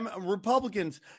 Republicans